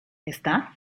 ezta